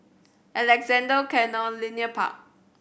Alexandra Canal Linear Park